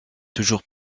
toujours